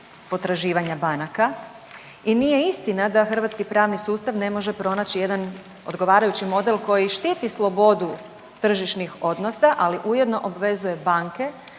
potraživanja banaka i nije istina da hrvatski pravni sustav ne može pronaći jedan odgovarajući model koji štiti slobodu tržišnih odnosa, ali ujedno obvezuje banke